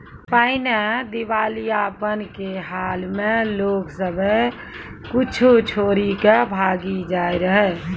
पहिने दिबालियापन के हाल मे लोग सभ्भे कुछो छोरी के भागी जाय रहै